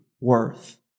worth